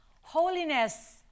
Holiness